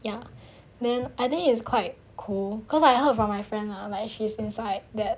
ya then I think is quite cool cause I heard from my friend lah like she's inside that